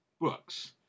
Books